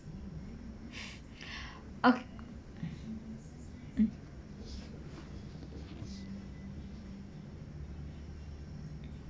ok~ mm